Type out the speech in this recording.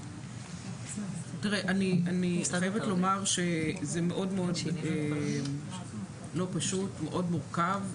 אני חייבת לומר שזה מאוד לא פשוט, מאוד מורכב.